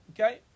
Okay